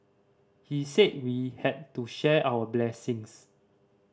he said we had to share our blessings